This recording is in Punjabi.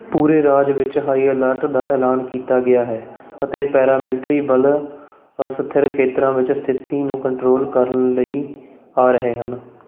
ਪੂਰੇ ਰਾਜ ਵਿੱਚ ਹਾਈ ਅਲਰਟ ਦਾ ਐਲਾਨ ਕੀਤਾ ਗਿਆ ਹੈ ਅਤੇ ਪੈਰਾਮਿਲਟਰੀ ਬਲ ਅਸਥਿਰ ਖੇਤਰਾਂ ਵਿੱਚ ਸਥਿਤੀ ਨੂੰ ਕੰਟਰੋਲ ਕਰਨ ਲਈ ਆ ਰਹੇ ਹਨ